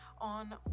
on